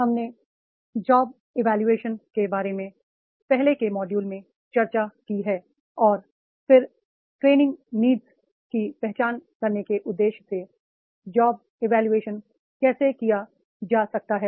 हमने jobs evolution के बारे में पहले के मॉड्यूल में चर्चा की है और फिर ट्रे निंग नीड की पहचान करने के उद्देश्य से जॉब्स इवोल्यूशन कैसे किया जा सकता है